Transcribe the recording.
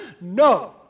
No